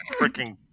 freaking